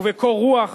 ובקור רוח